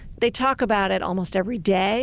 they talk about it almost every day